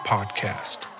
Podcast